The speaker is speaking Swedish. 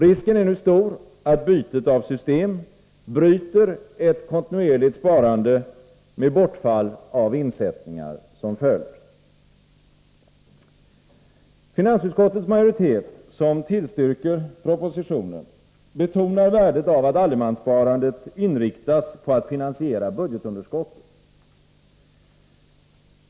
Risken är nu stor att bytet av system bryter ett kontinuerligt sparande, med bortfall av insättningar som följd. Finansutskottets majoritet, som tillstyrker propositionen, betonar värdet av att allemanssparandet inriktas på att finansiera budgetunderskottet.